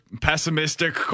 pessimistic